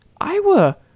Iowa